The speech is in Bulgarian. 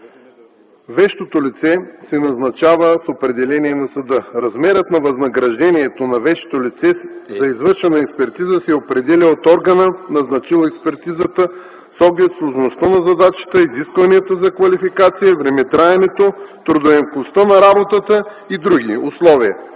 Вещото лице се назначава с определение на съда. Размерът на възнаграждението на вещото лице за извършена експертиза се определя от органа, назначил експертизата, с оглед сложността на задачата, изискванията за квалификация, времетраенето, трудоемкостта на работата и други условия,